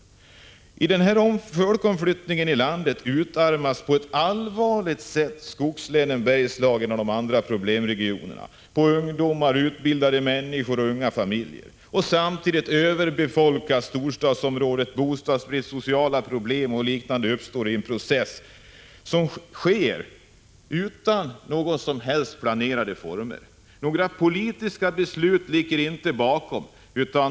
Genom denna folkomflyttning i landet utarmas på ett allvarligt sätt skogslänen, Bergslagen och de andra problemregionerna på ungdomar, utbildade människor och unga familjer. Samtidigt överbefolkas storstadsområdena. Bostadsbrist, sociala problem och liknande uppstår i en process som sker utan några som helst planerade former. Några politiska beslut ligger inte bakom.